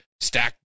stack